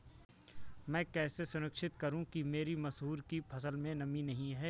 मैं कैसे सुनिश्चित करूँ कि मेरी मसूर की फसल में नमी नहीं है?